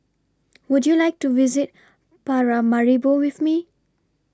Would YOU like to visit Paramaribo with Me